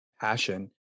passion